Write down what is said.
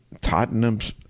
Tottenham's